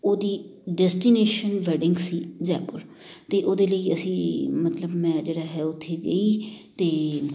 ਉਹਦੀ destination wedding ਸੀ ਜੈਪੁਰ ਅਤੇ ਉਹਦੇ ਲਈ ਅਸੀਂ ਮਤਲਬ ਮੈਂ ਜਿਹੜਾ ਹੈ ਉੱਥੇ ਗਈ ਅਤੇ